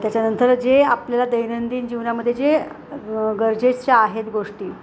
त्याच्यानंतर जे आपल्याला दैनंदिन जीवनामध्ये जे गरजेचं आहेत गोष्टी